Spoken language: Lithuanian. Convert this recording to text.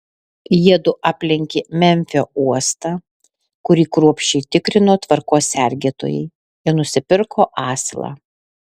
jiedu aplenkė memfio uostą kurį kruopščiai tikrino tvarkos sergėtojai ir nusipirko asilą